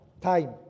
time